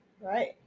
Right